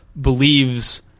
believes